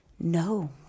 no